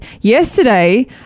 Yesterday